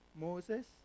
Moses